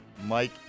Mike